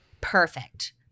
Perfect